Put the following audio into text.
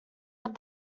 had